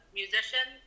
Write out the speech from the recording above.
musician